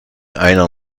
einer